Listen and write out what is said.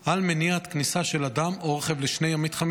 על מניעת כניסה של אדם או רכב לשני המתחמים,